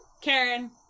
Karen